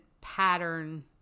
pattern